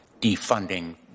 defunding